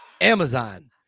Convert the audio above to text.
Amazon